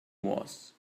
was